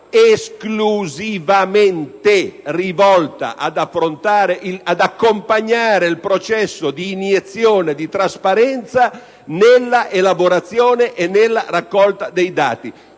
esclusivamente rivolta ad accompagnare il processo di iniezione di trasparenza nella elaborazione e nella raccolta dei dati.